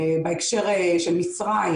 בהקשר של מצרים,